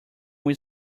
will